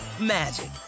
magic